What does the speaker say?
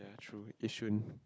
that's true Yishun